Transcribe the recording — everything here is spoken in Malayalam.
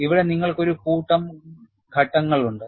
ഇവിടെ നിങ്ങൾക്ക് ഒരു കൂട്ടം ഘട്ടങ്ങളുണ്ട്